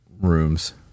rooms